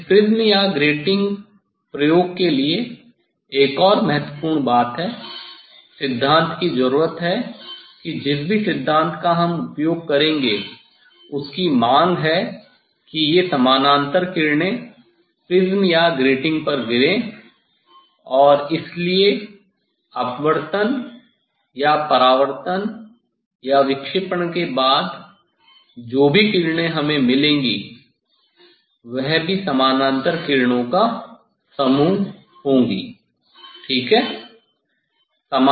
इस प्रिज़्म प्रयोग या ग्रेटिंग प्रयोग के लिए एक और महत्वपूर्ण बात है सिद्धांत की ज़रूरत है कि जिस भी सिद्धांत का हम उपयोग करेंगे उसकी मांग है कि ये समानांतर किरणें प्रिज्म या ग्रेटिंग पर गिरे और इसलिए अपवर्तन या परावर्तन या विक्षेपण के बाद जो भी किरणें हमें मिलेगी वह भी समानान्तर किरणों का समूह होंगी ठीक है